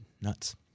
nuts